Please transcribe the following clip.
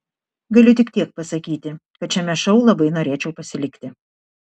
galiu tik tiek pasakyti kad šiame šou labai norėčiau pasilikti